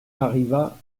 arriva